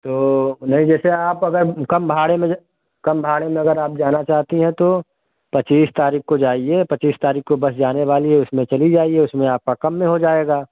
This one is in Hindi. तो नहीं जैसे आप अगर कम भाड़े में कम भाड़े में अगर आप जाना चाहती हैं तो पचीस तारीख़ को जाइए पचीस तारीख़ को बस जाने वाली है उसमें चली जाइए उसमें आपका कम में हो जाएगा